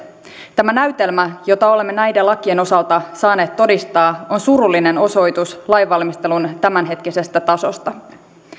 tämä näytelmä jota olemme näiden lakien osalta saaneet todistaa on surullinen osoitus lainvalmistelun tämänhetkisestä tasosta